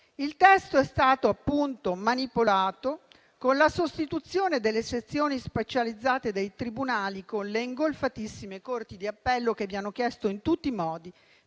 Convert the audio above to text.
Il testo è stato manipolato, con la sostituzione delle sezioni specializzate dei tribunali con le ingolfatissime corti di appello, che vi hanno chiesto in tutti i modi